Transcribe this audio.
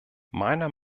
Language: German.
meiner